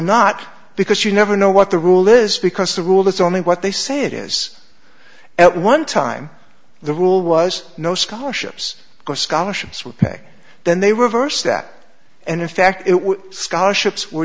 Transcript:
not because you never know what the rule is because the rule is only what they say it is at one time the rule was no scholarships or scholarships would pay then they reverse that and in fact it would scholarships were